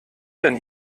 denn